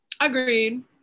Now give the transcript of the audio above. Agreed